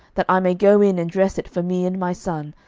that i may go in and dress it for me and my son,